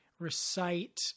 recite